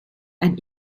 ein